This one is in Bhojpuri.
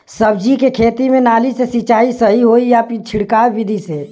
सब्जी के खेती में नाली से सिचाई सही होई या छिड़काव बिधि से?